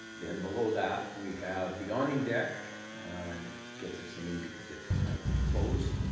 then below that, we have the awning deck. and it gets its name because it's kind of enclosed.